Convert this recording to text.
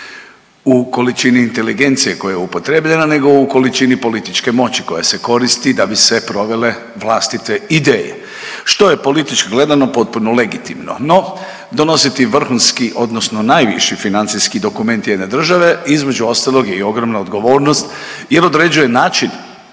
u količini inteligencije koja je upotrijebljena, nego u količini političke moći koja se koristi da bi se provele vlastite ideje što je politički gledano potpuno legitimno. No, donositi vrhunski odnosno najviši financijski dokument jedne države između ostalog je i ogromna odgovornost jer određuje način